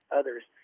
others